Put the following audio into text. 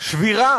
ובשבירה